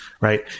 right